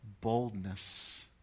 boldness